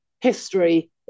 history